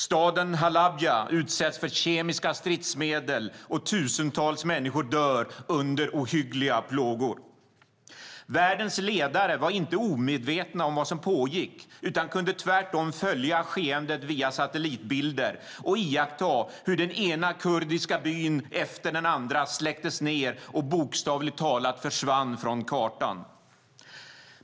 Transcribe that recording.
Staden Halabja utsattes för kemiska stridsmedel, och tusentals människor dog under ohyggliga plågor. Världens ledare var inte omedvetna om vad som pågick utan kunde tvärtom följa skeendet via satellitbilder och iaktta hur den ena kurdiska byn efter den andra släcktes ned och bokstavligt talat försvann från kartan.